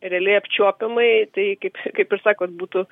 realiai apčiuopiamai tai kaip kaip ir sakot būtų